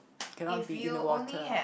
cannot be in the water